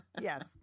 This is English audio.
Yes